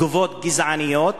תגובות גזעניות